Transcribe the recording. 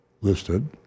listed